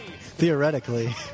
Theoretically